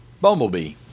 Bumblebee